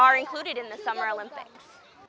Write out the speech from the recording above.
are included in the summer olympics